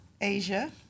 Asia